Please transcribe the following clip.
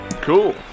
Cool